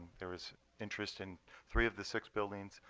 there was interest in three of the six buildings.